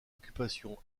occupation